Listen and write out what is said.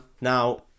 Now